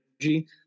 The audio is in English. energy